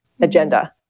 agenda